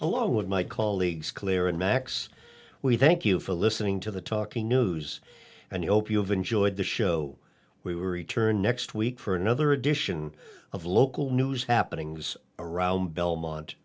along with my colleagues claire and max we thank you for listening to the talking news and hope you have enjoyed the show we were returning next week for another edition of local news happening around belmont